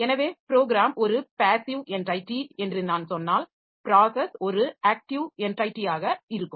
எனவே ப்ரோக்ராம் ஒரு passive entity என்று நான் சொன்னால் ப்ராஸஸ் ஒரு ஆக்டிவ் என்டைட்டியாக இருக்கும்